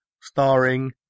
starring